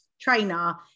trainer